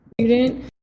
student